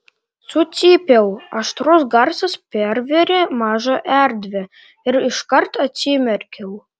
sucypiau aštrus garsas pervėrė mažą erdvę ir iškart atsimerkiau